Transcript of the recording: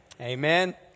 Amen